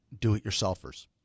do-it-yourselfers